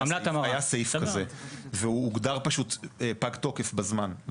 היה סעיף כזה והוא הוגדר פשוט פג תוקף בזמן.